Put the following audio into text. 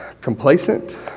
complacent